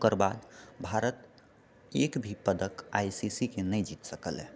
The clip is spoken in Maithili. ओकर बाद भारत एक भी पदक आइ सी सीके नहि जीत सकल यऽ